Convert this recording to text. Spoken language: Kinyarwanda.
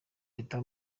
leta